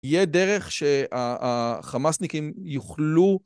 יהיה דרך שהחמאסניקים יוכלו...